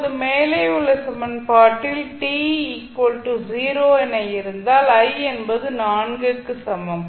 இப்போது மேலே உள்ள சமன்பாட்டில் t 0 என இருந்தால் i என்பது 4 க்கு சமம்